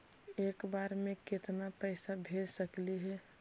एक बार मे केतना पैसा भेज सकली हे?